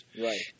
Right